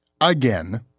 Again